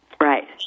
right